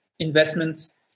investments